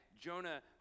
Jonah